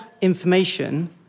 information